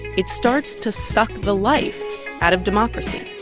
it starts to suck the life out of democracy